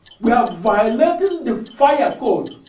were violating the fire code